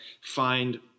find